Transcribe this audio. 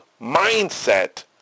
mindset